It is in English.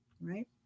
right